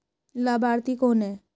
लाभार्थी कौन है?